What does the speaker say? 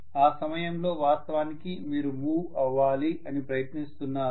ఆ సమయంలో వాస్తవానికి మీరు మూవ్ అవ్వాలి అని ప్రయత్నిస్తున్నారు